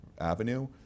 avenue